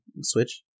Switch